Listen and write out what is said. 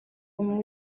umwe